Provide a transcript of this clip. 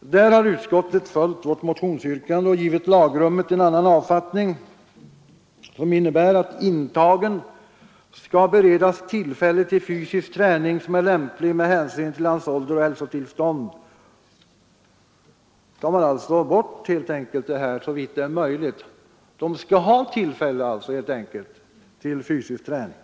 Där har utskottet följt m otionsyrkandet och givit lagrummet en annan avfattning, som innebär att intagen skall beredas tillfälle till fysisk träning som är lämplig med hänsyn till hans ålder och hälsotillstånd. Man har alltså helt enkelt tagit bort ”såvitt det är möjligt”. Vederbörande skall alltså ha tillfälle till fysisk träning